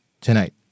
tonight